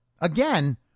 Again